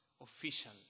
official